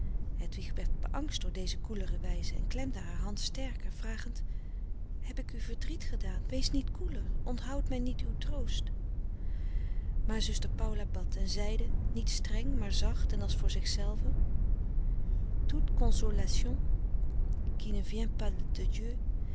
hedwig werd beangst door deze koelere wijze en klemde haar hand sterker vragend heb ik u verdriet gedaan wees niet koeler onthoud mij niet uw troost frederik van eeden van de koele meren des doods maar zuster paula bad en zeide niet streng maar zacht en als voor zich